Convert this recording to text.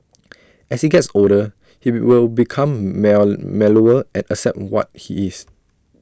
as he gets older he will become mellower and accept what he is